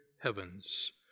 heavens